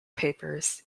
papers